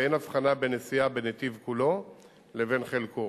ואין הבחנה בין נסיעה בנתיב כולו לבין חלקו.